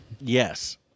Yes